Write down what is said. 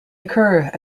occur